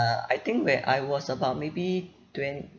I think where I was about maybe twen~